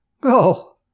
go